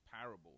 parable